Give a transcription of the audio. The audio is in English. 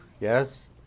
yes